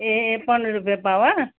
ए पन्ध्र रुपियाँ पावा